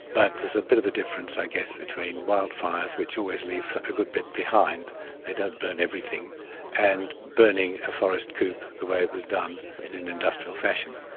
but there's a bit of a difference, i guess, between wildfires, which always leave a good bit behind they don't burn everything and burning a forest coupe the way it was done in an industrial fashion.